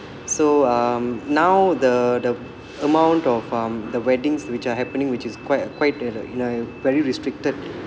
so um now the the amount of um the weddings which are happening which is quite quite you know you know very restricted